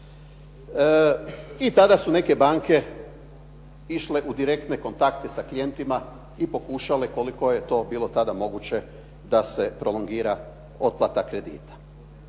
I tada su neke banke išle u direktne kontakte sa klijentima i pokušale koliko je to bilo tada moguće da se prolongira otplata kredita.